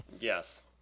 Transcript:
Yes